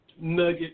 nugget